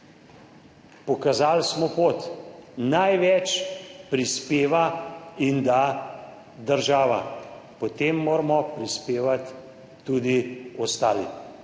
pokazali pot, največ prispeva in da država, potem moramo prispevati tudi ostali.